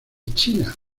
china